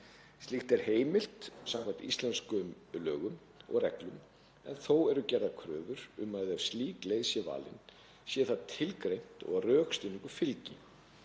Slíkt er heimilt samkvæmt íslenskum lögum og reglum en þó eru gerðar kröfur um að ef slík leið sé valin sé það tilgreint og að rökstuðningur fylgi,